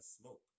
smoke